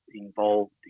involved